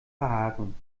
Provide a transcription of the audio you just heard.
verhaken